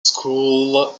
school